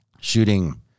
shooting